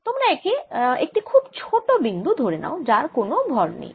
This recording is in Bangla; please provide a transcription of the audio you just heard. তোমরা একে একটি খুব ছোট বিন্দু ধরে নাও যার কোন ভর নেই